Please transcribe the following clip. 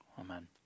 Amen